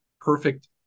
perfect